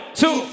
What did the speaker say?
two